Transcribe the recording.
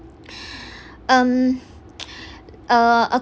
um uh